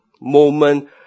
moment